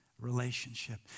relationship